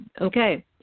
Okay